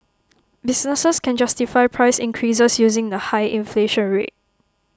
businesses can justify price increases using the high inflation rate